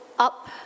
Up